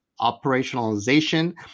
operationalization